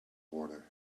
water